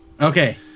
Okay